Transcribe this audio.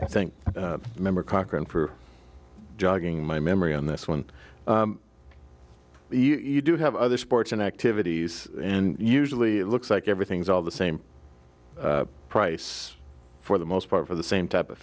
i think remember cochran for jogging my memory on this one you do have other sports and activities and usually it looks like everything's all the same price for the most part for the same type of